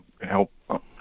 help